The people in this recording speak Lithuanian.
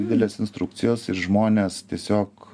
didelės instrukcijos ir žmones tiesiog